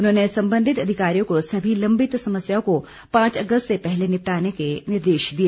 उन्होंने संबंधित अधिकारियों को सभी लंबित समस्याओं को पांच अगस्त से पहले निपटाने के निर्देश दिए